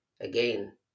Again